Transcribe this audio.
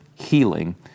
Healing